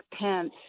Pence